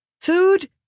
Food